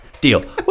Deal